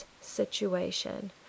situation